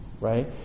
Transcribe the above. right